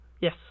Yes